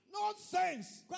nonsense